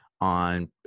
on